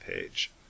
page